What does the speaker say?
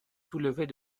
soulevait